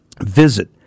Visit